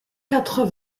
quatre